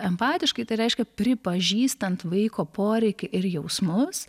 empatiškai tai reiškia pripažįstant vaiko poreikį ir jausmus